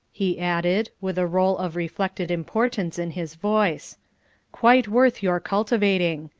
he added, with a roll of reflected importance in his voice quite worth your cultivating.